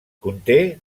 conté